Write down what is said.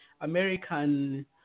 American